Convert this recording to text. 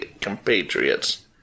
compatriots